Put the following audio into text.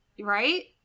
right